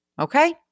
Okay